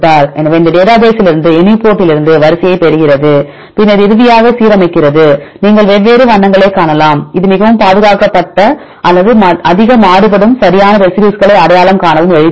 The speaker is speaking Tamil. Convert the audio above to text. எனவேஇந்த டேட்டாபேஸ் லிருந்தே யூனிபிரோட்டிலிருந்து வரிசையைப் பெறுகிறது பின்னர் இறுதியாக சீரமைக்கிறது நீங்கள் வெவ்வேறு வண்ணங்களைக் காணலாம் இது மிகவும் பாதுகாக்கப்பட்ட அல்லது அதிக மாறுபடும் சரியான ரெசிடியூஸ்களை அடையாளம் காணவும் எளிதானது